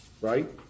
Right